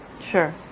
Sure